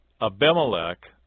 Abimelech